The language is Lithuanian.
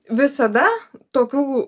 visada tokių